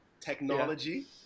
technology